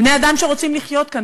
בני-אדם שרוצים לחיות כאן.